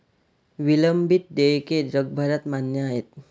विलंबित देयके जगभरात मान्य आहेत